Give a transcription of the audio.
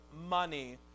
Money